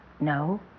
No